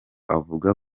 avuga